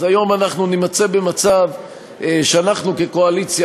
אז היום אנחנו נימצא במצב שאנחנו כקואליציה,